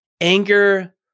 anger